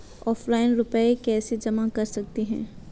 Offline रुपये कैसे जमा कर सकते हैं?